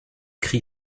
cri